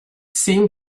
seemed